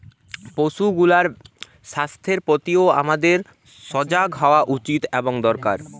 পশুগুলার স্বাস্থ্যের প্রতিও আমাদের সজাগ হওয়া উচিত এবং দরকার